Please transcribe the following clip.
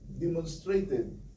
demonstrated